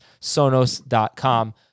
Sonos.com